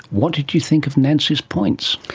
what did you think of nancy's points?